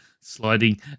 sliding